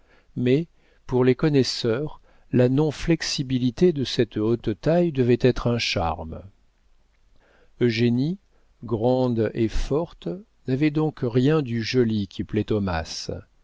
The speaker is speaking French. mais pour les connaisseurs la non flexibilité de cette haute taille devait être un charme eugénie grande et forte n'avait donc rien du joli qui plaît aux masses